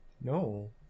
No